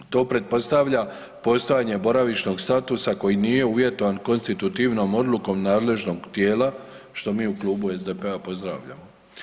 To pretpostavlja postojanje boravišnog statusa koji nije uvjetovan konstitutivnom odlukom nadležnog tijela, što mi u Klubu SDP-a pozdravljamo.